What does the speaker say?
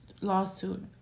lawsuit